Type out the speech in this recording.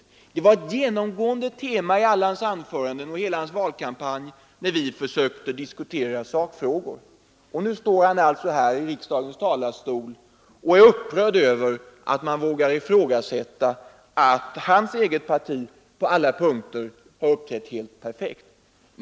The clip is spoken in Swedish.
Detta var ett genomgående tema i alla anföranden under hela hans valkampanj, medan vi försökte diskutera sakfrågor. Nu står han här i riksdagens talarstol och är upprörd över att någon vågar ifrågasätta att hans eget parti på alla punkter har uppträtt helt perfekt.